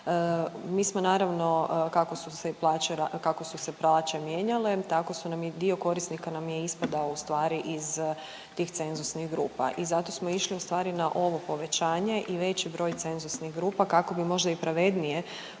su se i plaće, kako su se plaće mijenjale tako su nam i dio korisnika nam je ispadao u stvari iz tih cenzusnih grupa i zato smo išli u stvari na ovo povećanje i veći broj cenzusnih grupa kako bi možda i pravednije podijelili